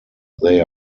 they